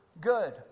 good